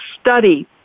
study